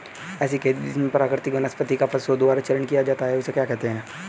ऐसी खेती जिसमें प्राकृतिक वनस्पति का पशुओं द्वारा चारण किया जाता है उसे क्या कहते हैं?